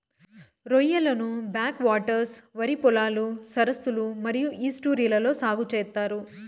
రొయ్యలను backwaters, వరి పొలాలు, సరస్సులు మరియు ఈస్ట్యూరీలలో సాగు చేత్తారు